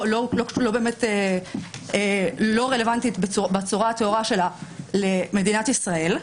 לא רלוונטית בצורה הטהורה שלה למדינת ישראל,